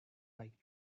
like